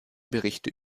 berichte